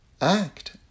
act